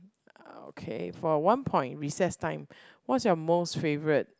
uh okay for one point recess time what's your most favourite